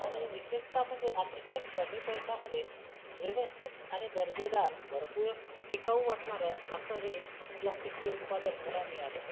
आणि विशेषतः म्हणजे अतिशय कमी पैशामधे व्यवस्थित आणि दर्जेदार भरपूर टिकाऊ वाटणारं असं हे प्लॅस्टीकचं उत्पादन मला मिळालं